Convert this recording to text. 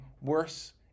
worse